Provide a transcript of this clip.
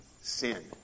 sin